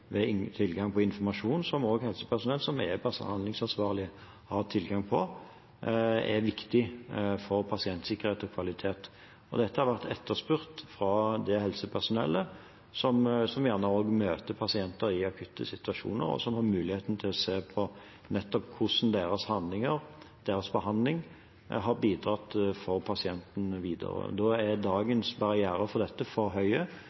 ved tilgang på informasjon som helsepersonell som er behandlingsansvarlige, har tilgang til – er viktig for pasientsikkerhet og kvalitet. Dette har vært etterspurt fra det helsepersonellet som gjerne møter pasienter i akutte situasjoner, og som vil ha mulighet til nettopp å se på hvordan deres handlinger, deres behandling, har bidratt for pasienten videre. Da er dagens barriere for dette for